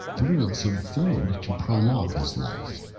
threw in some food to prolong his life.